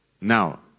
Now